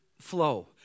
flow